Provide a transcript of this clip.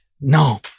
No